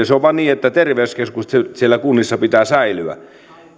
se on vain niin että terveyskeskusten siellä kunnissa pitää säilyä